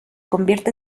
convierte